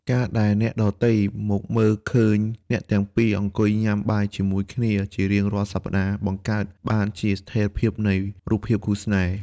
ការដែលអ្នកដទៃមើលមកឃើញអ្នកទាំងពីរអង្គុយញ៉ាំបាយជាមួយគ្នាជារៀងរាល់សប្ដាហ៍ បង្កើតបានជាស្ថិរភាពនៃរូបភាពគូស្នេហ៍។